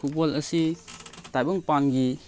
football ꯑꯁꯤ ꯇꯥꯏꯕꯪ ꯄꯥꯟꯒꯤ